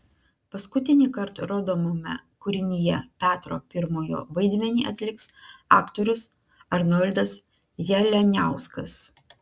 paskutinįkart rodomame kūrinyje petro pirmojo vaidmenį atliks aktorius arnoldas jalianiauskas